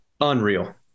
Unreal